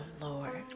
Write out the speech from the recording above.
Lord